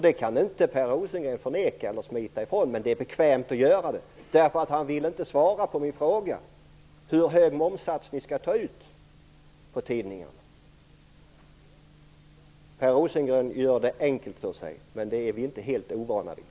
Det kan inte Per Rosengren förneka eller smita ifrån. Men det är bekvämt att göra det. Han vill inte svara på min fråga hur hög momssats ni vill ta ut på tidningarna. Per Rosengren gör det enkelt för sig. Men det är vi inte helt ovana vid.